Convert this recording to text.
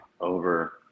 over